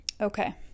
Okay